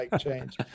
change